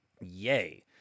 Yay